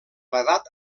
l’edat